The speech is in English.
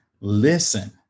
listen